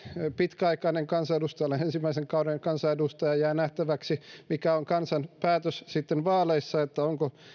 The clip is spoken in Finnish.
pitkäaikainen kansanedustaja olen ensimmäisen kauden kansanedustaja ja jää nähtäväksi mikä on kansan päätös sitten vaaleissa ja olenko